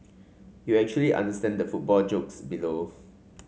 you actually understand the football jokes below